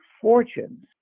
fortunes